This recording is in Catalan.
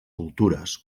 cultures